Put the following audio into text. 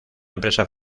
empresa